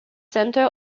centre